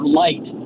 light